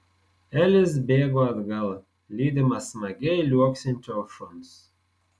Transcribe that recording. elis bėgo atgal lydimas smagiai liuoksinčio šuns